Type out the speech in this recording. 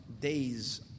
days